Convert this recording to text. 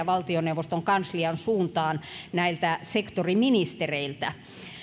valtioneuvoston kanslian suuntaan näiltä sektoriministereiltä